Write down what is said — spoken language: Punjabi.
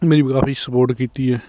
ਮੇਰੀ ਵ ਕਾਫ਼ੀ ਸਪੋਰਟ ਕੀਤੀ ਹੈ